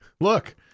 look